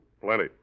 Plenty